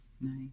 Nice